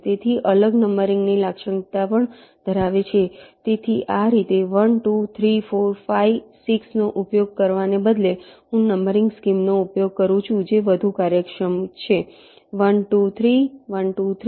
તેથી અલગ નંબરિંગની લાક્ષણિક્તા પણ ધરાવે છે તેથી આ રીતે 1 2 3 4 5 6 નો ઉપયોગ કરવાને બદલે હું નંબરિંગ સ્કીમનો ઉપયોગ કરી શકું છું જે વધુ કાર્યક્ષમ છે 1 2 3 1 2 3 1 2 3